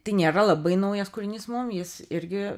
tai nėra labai naujas kūrinys mum jis irgi